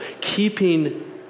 keeping